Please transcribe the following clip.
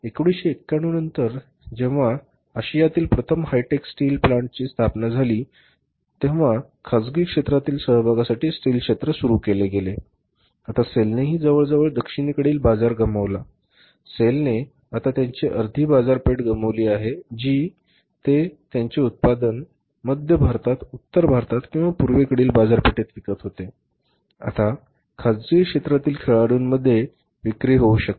1991 नंतर जेव्हा आशियातील प्रथम हाय टेक स्टील प्लांटची स्थापना झाली जेव्हा खासगी क्षेत्रातील सहभागासाठी स्टील क्षेत्र सुरू केले गेले होते आता सेलनेही जवळजवळ दक्षिणेकडील बाजार गमावला सेलने आता त्यांची अर्धी बाजारपेठ गमावली आहे जी ते त्यांचे उत्पादन मध्य भारतात उत्तर भारतात किंवा पूर्वेकडील बाजारपेठेत विकत होते आता खाजगी क्षेत्रातील या खेळाडूंमध्ये विक्री होऊ शकते